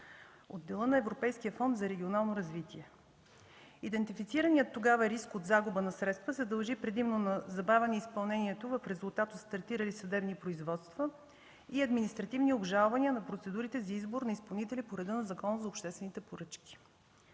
от дела на Европейския фонд за регионално развитие. Идентифицираният тогава риск от загуба на средства се дължи предимно на забавяне на изпълнението в резултат от стартирали съдебни производства и административни обжалвания на процедурите за избор на изпълнители по реда на Закона за обществените поръчки,